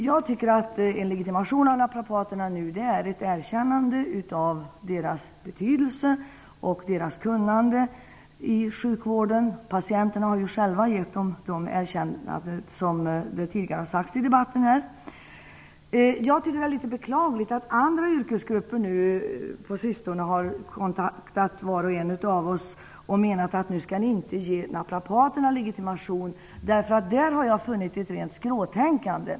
Jag tycker att en legitimation av naprapaterna är ett erkännade av deras betydelse och deras kunnande i sjukvården. Patienterna har ju själva givit dem erkännanden, som tidigare sagts här i debatten. Det är litet beklagligt att andra yrkesgrupper på sistone har kontaktat var och en av oss och menat att vi inte skall ge naprapaterna legitimation. I detta har jag funnit ett rent skråtänkande.